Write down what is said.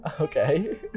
Okay